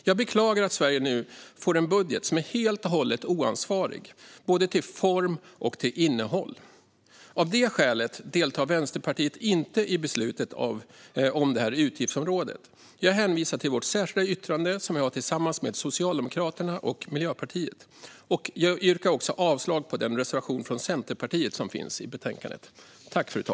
Jag beklagar att Sverige nu får en budget som är helt och hållet oansvarig till både form och innehåll. Av det skälet deltar Vänsterpartiet inte i beslutet om det här utgiftsområdet. Jag hänvisar till vårt särskilda yttrande, som vi har tillsammans med Socialdemokraterna och Miljöpartiet, och jag yrkar avslag på Centerpartiets reservation i betänkandet.